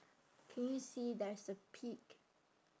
can you see there's a pic~